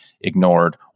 ignored